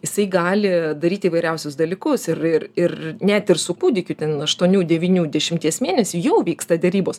jisai gali daryt įvairiausius dalykus ir ir ir net ir su kūdikiu ten aštuonių devynių dešimties mėnesių jau vyksta derybos